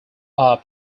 are